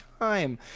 time